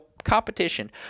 competition